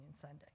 Sunday